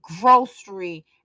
grocery